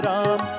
Ram